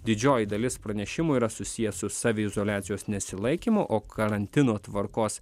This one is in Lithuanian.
didžioji dalis pranešimų yra susiję su saviizoliacijos nesilaikymu o karantino tvarkos